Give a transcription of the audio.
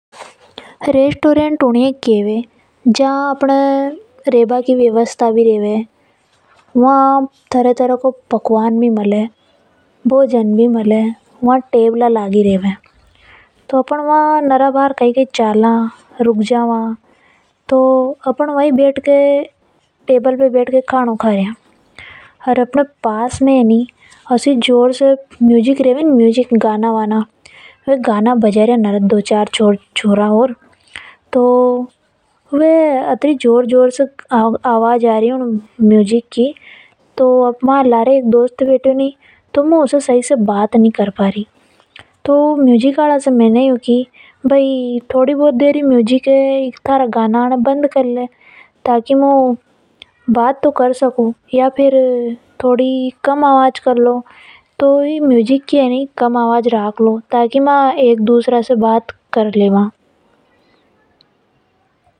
रेस्टोरेंट उन ये ख़ेवे केवे जा अपने रेबा की व्यवस्ता रेवे। वहां तरह तरह का पकवान भी मिले भोजन भी मिले। वहां टेबल भी लगी रेवे। तो अपन नरा बार कई कई चला रुक जावा तो अपन टेबल पे बैठकर खानो का रिया। ओर अपने पास में म्यूजिक बाज रियो। वहां दो चार छोरआ गाना बजा रिया। मारे लारे एक दोस्त थी जिसे मु सही से बात नी कर पहा रि थी। मैने गाना वाला से की की ईकी आवाज कम कर लो। ताकि में एक दूसरा से सही से बात कर लेवा।